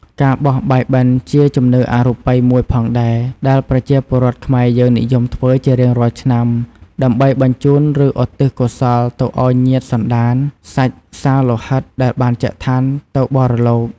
ការបោះបាយបិណ្ឌជាជំនឿអរូបិយមួយផងដែរ ដែលប្រជាពលរដ្ឋខ្មែរយើងនិយមធ្វើជារៀងរាល់ឆ្នាំ ដើម្បីបញ្ជូនឬឧទ្ទិសកុសលឱ្យទៅញាតិសន្ដានសាច់សាលោហិតដែលបានចែកឋានទៅបរលោក។